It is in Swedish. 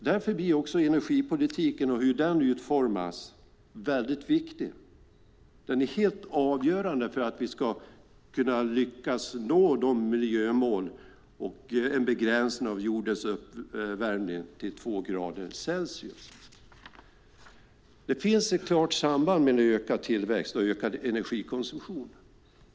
Därför blir energipolitiken och hur den utformas väldigt viktig. Den är helt avgörande för att vi ska kunna lyckas nå miljömålen och en begränsning av jordens uppvärmning till två grader Celsius. Det finns ett klart samband mellan ökad tillväxt och ökad energikonsumtion.